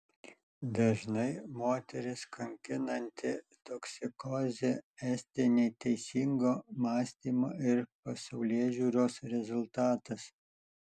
dažnai moteris kankinanti toksikozė esti neteisingo mąstymo ir pasaulėžiūros rezultatas